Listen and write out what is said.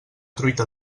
truita